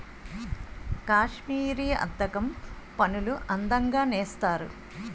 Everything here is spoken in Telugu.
కాశ్మీరీ అద్దకం పనులు అందంగా నేస్తారు